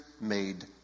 made